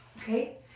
okay